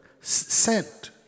sent